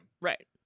Right